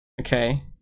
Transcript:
Okay